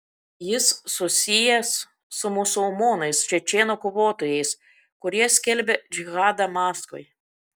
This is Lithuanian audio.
jis susijęs su musulmonais čečėnų kovotojais kurie skelbia džihadą maskvai